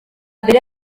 mbere